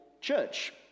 church